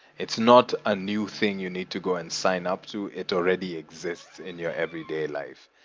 it's not a new thing you need to go and signup to. it already exists in your everyday life.